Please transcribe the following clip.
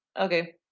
Okay